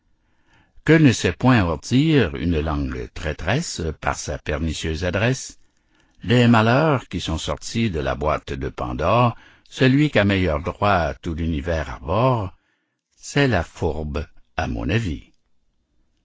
que ne sait point ourdir une langue traîtresse par sa pernicieuse adresse des malheurs qui sont sortis de la boîte de pandore celui qu'à meilleur droit tout l'univers abhorre c'est la fourbe à mon avis